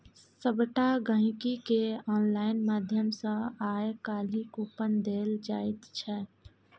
सभटा गहिंकीकेँ आनलाइन माध्यम सँ आय काल्हि कूपन देल जाइत छै